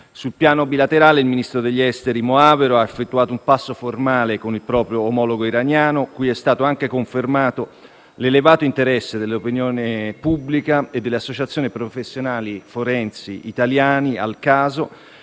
Sul piano bilaterale, il ministro degli affari esteri Moavero Milanesi ha effettuato un passo formale con il proprio omologo iraniano, cui è stato anche confermato l'elevato interesse dell'opinione pubblica e delle associazioni professionali forensi italiane al caso,